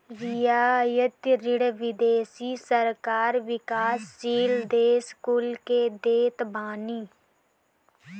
रियायती ऋण विदेशी सरकार विकासशील देस कुल के देत बानी